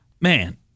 man